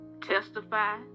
testify